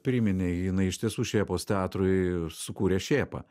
priminė jinai iš tiesų šėpos teatrui sukūrė šėpa